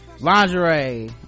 lingerie